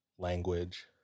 Language